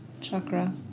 chakra